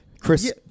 Chris